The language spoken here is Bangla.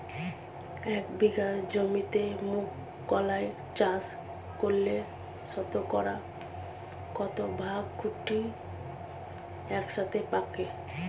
এক বিঘা জমিতে মুঘ কলাই চাষ করলে শতকরা কত ভাগ শুটিং একসাথে পাকে?